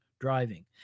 driving